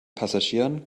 passagieren